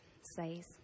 says